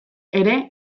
ere